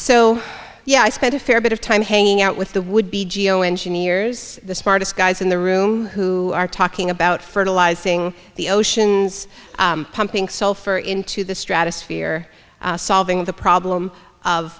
so yeah i spent a fair bit of time hanging out with the would be geo engineers the smartest guys in the room who are talking about fertilizing the oceans pumping sulfur into the stratosphere solving